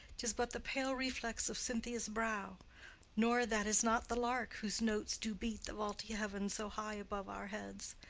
tis but the pale reflex of cynthia's brow nor that is not the lark whose notes do beat the vaulty heaven so high above our heads.